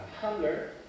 hunger